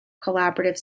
collaborative